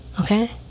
okay